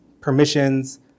permissions